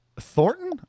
Thornton